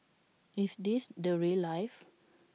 is this the rail life